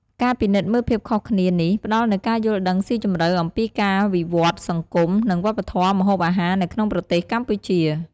ការពិនិត្យមើលភាពខុសគ្នានេះ ផ្ដល់នូវការយល់ដឹងស៊ីជម្រៅអំពីការវិវត្តន៍សង្គម និងវប្បធម៌ម្ហូបអាហារនៅក្នុងប្រទេសកម្ពុជា។